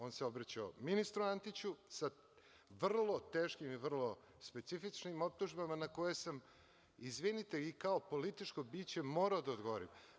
On se obraćao ministru Antiću, sa vrlo teškim i vrlo specifičnim optužbama, na koje sam, izvinite, i kao političko biće morao da odgovorim.